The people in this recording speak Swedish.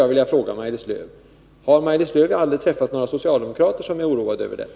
Jag vill fråga Maj-Lis Lööw: Har Maj-Lis Lööw aldrig träffat några socialdemokrater som är oroade över detta?